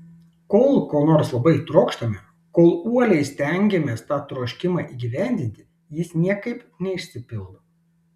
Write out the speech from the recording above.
kol ko nors labai trokštame kol uoliai stengiamės tą troškimą įgyvendinti jis niekaip neišsipildo